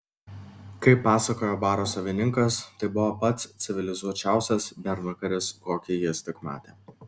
kaip pasakojo baro savininkas tai buvo pats civilizuočiausias bernvakaris kokį jis tik matė